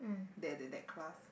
that that that class